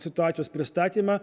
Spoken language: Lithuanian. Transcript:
situacijos pristatymą